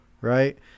right